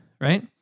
Right